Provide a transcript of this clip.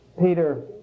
Peter